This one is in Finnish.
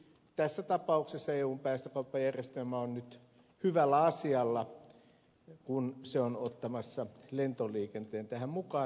tässä tapauksessa eun päästökauppajärjestelmä on nyt hyvällä asialla kun se on ottamassa lentoliikenteen tähän mukaan